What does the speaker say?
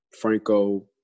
Franco